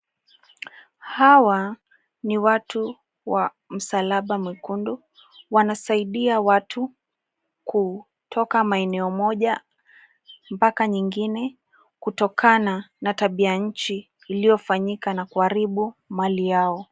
Hawa ni watu wa msalaba mwekundu. Wanasaidia watu kutoka maeneo moja mpaka nyingine kutokana na tabianchi iliyofanyika na kuharibu mali yao.